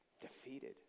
defeated